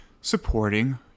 supporting